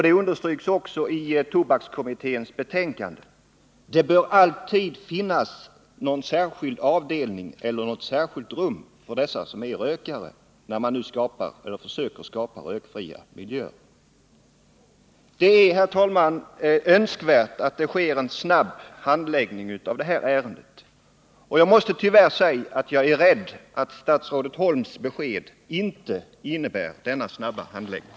Det understryks också i tobakskommitténs betänkande att det alltid bör finnas någon särskild avdelning eller något särskilt rum för rökare när man nu försöker skapa rökfria miljöer. Det är, herr talman, önskvärt att det sker en snabb handläggning av det här ärendet, och jag måste tyvärr säga att jag är rädd att statsrådet Holms besked inte innebär denna snabba handläggning.